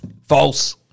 False